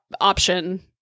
option